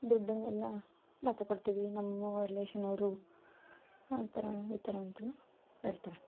ದುಡ್ಡನ್ನೆಲ್ಲ ಮತ್ತೆ ಕೊಡ್ತೀವಿ ನಮ್ಮ ರಿಲೇಶನ್ನವರು ಆ ಥರ ಈ ಥರ ಅಂತೆಲ್ಲ ಹೇಳ್ತಾರ